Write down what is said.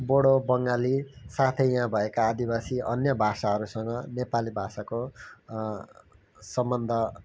बोडो बङ्गाली साथै यहाँ भएका आदिवासी अन्य भाषाहरूसँग नेपाली भाषाको सम्बन्ध